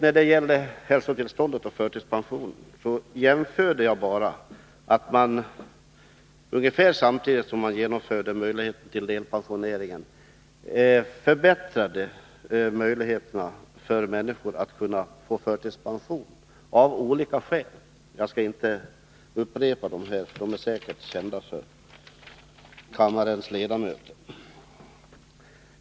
När det gäller hälsotillstånd och förtidspension framhöll jag bara att man ungefär samtidigt som man genomförde möjligheten till delpension av olika skäl förbättrade möjligheterna för människor att kunna få förtidspension. Jag skall inte upprepa skälen här. De är säkert kända av kammarens ledamöter.